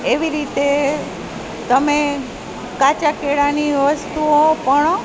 એવી રીતે તમે કાચા કેળાંની વસ્તુઓ પણ